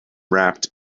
wrapped